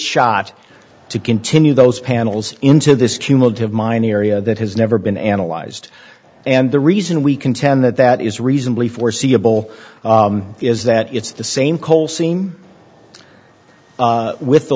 shot to continue those panels into this cumulative mining area that has never been analyzed and the reason we contend that that is reasonably foreseeable is that it's the same coal seam with the